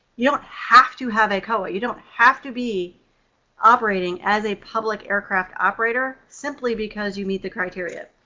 you don't have to have a coa. you don't have to be operating as a public aircraft operator, simply because you meet the criteria.